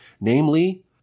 namely